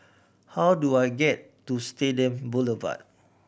how do I get to Stadium Boulevard